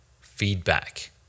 feedback